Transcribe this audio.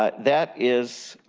but that is,